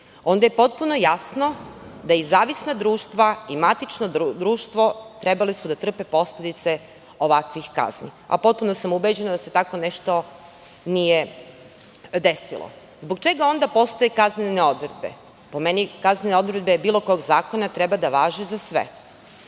onda je potpuno jasno da i zavisna društva i matična društvo su trebala da trpe posledice ovakvih kazni. Potpuno sam ubeđena da se tako nešto nije desilo. Zbog čega onda postoje kaznene odredbe? Po meni kaznene odredbe bilo kog zakona treba da važe za sve.